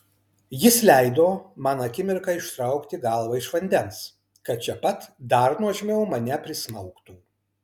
jis leido man akimirką ištraukti galvą iš vandens kad čia pat dar nuožmiau mane prismaugtų